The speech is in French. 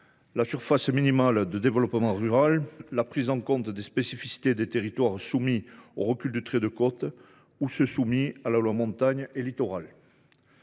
la surface minimale de développement communal, la prise en compte des spécificités des territoires soumis au recul du trait de côte, aux lois Montagne ou Littoral,